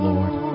Lord